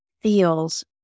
feels